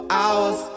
hours